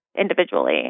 individually